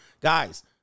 Guys